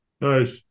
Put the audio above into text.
Nice